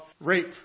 rape